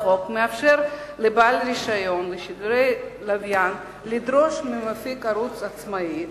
לחוק מאפשר לבעל רשיון לשידורי לוויין לדרוש ממפיק ערוץ עצמאי,